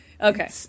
Okay